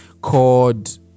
called